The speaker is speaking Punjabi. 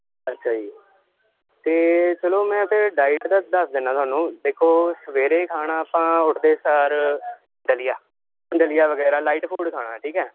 ਅੱਛਾ ਜੀ ਅਤੇ ਚਲੋ ਮੈਂ ਫਿਰ ਡਾਇਟ ਦਾ ਦੱਸ ਦਿੰਨਾ ਤੁਹਾਨੂੰ ਦੇਖੋ ਸਵੇਰੇ ਖਾਣਾ ਆਪਾਂ ਉਠਦੇ ਸਾਰ ਦਲੀਆ ਦਲੀਆ ਵਗੈਰਾ ਲਾਈਟ ਫੂਡ ਖਾਣਾ ਠੀਕ ਹੈ